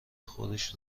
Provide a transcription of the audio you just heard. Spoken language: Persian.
خودش